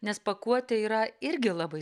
nes pakuotė yra irgi labai